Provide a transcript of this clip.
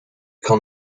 kan